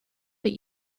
but